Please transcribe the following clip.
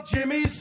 Jimmy